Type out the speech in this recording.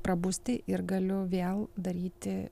prabusti ir galiu vėl daryti